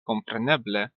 kompreneble